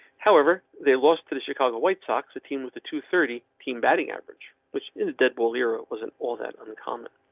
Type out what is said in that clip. however, they lost to the chicago white sox. the team with the two thirty team batting average, which is dead ball era, wasn't all that uncommon.